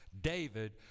David